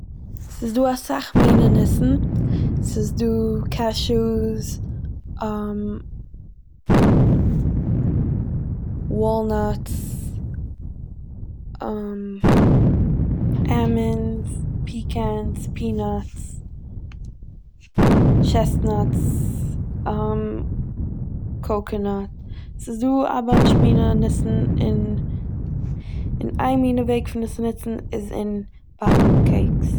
ס'איז דא אסאך מינע ניסן, ס'איז דא קעשאס, וואלנאטס עלמאנדס, פיקענס, פינאטס, טשעסנאטס, קאקענאט, ס'איז דא א באנטש מינע ניסן און- און איין מינע וועג פון עס צו נוצן איז אין באקן קעיקס